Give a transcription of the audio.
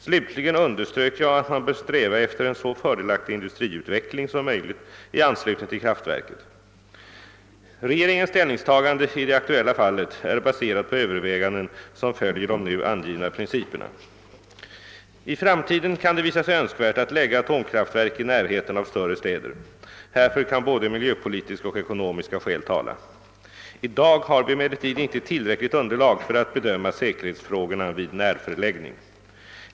Slutligen underströk jag att man bör sträva efter en så fördelaktig industriutveckling som möjligt i anslutning till kraftverket. Regeringens ställningstagande i det aktuella fallet är baserat på överväganden som följer de nu angivna principerna. I framtiden kan det visa sig önskvärt att lägga atomkraftverk i närheten av större städer. Härför kan både miljöpolitiska och ekonomiska skäl tala. I dag har vi emellertid inte tillräckligt underlag för att bedöma säkerhetsfrågorna vid närförläggning.